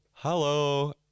Hello